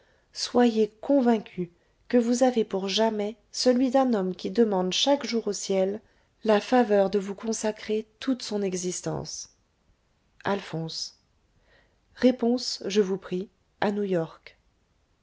soyez convaincue que vous avez pour jamais celui d'un homme qui demande chaque jour au ciel la faveur de vous consacrer toute son existence alphonse réponse je vous prie à